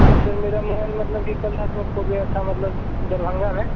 जी sir मेरा mobile मतलब कि कल रात को खो गया था मतलब दरभंगा में